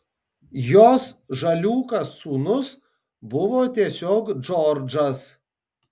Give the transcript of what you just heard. jos žaliūkas sūnus buvo tiesiog džordžas